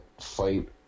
fight